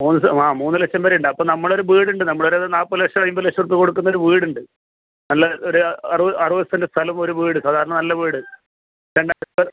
മൂന്ന് ആ മൂന്ന് ലക്ഷം വരെ ഉണ്ട് അപ്പം നമ്മളൊരു വീടുണ്ട് നമ്മളൊരത് നാൽപത് ലക്ഷം അയിമ്പത് ലക്ഷം ഉറുപ്പിക കൊടുക്കുന്ന ഒര് വീടുണ്ട് നല്ല ഒരു അറുപത് സെന്റ് സ്ഥലവും ഒരു വീടും സാധാരണ നല്ല വീട്